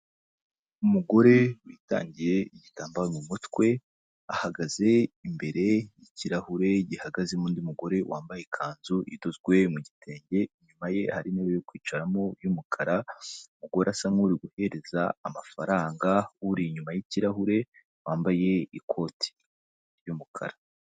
Umugore witangiye igitambaro mu mutwe ahagaze imbere y'ikirahure gihagazemo undi mugore wambaye ikanzu idozwe mu gitenge, inyuma ye hari intebe yo kwicaramo, uyu mugore asa nkuri guhereza amafaranga uri inyuma yikirahure wambaye ikoti ry'umukara